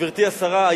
גברתי השרה,